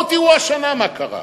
בואו תראו השנה מה קרה.